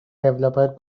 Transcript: developer